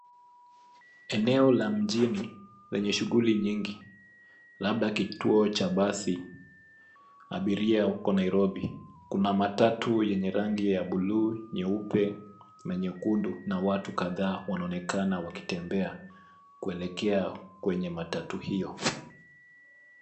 Eneo la mjini lenye shughuli nyingi labda kituo cha basi abiria huko Nairobi. Kuna matatu yenye rangi ya bluu, nyeupe na nyekundu na watu kadhaa wanaonekana wakitembea kuelekea kwenye matatu hiyo.